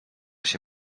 się